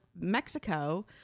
Mexico